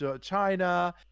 China